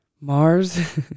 mars